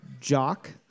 jock